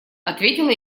ответила